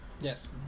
Yes